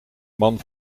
man